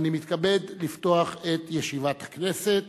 ואני מתכבד לפתוח את ישיבת הכנסת.